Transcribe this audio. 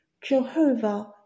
Jehovah